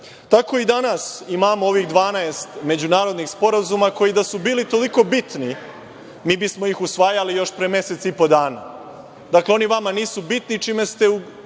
Tako i danas imamo ovih 12 međunarodnih sporazuma, koji da su bili toliko bitni, mi bismo ih usvajali još pre mesec i po dana. Oni vama nisu bitni, čime ste na